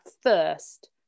first